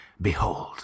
behold